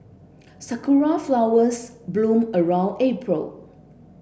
sakura flowers bloom around April